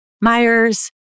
Myers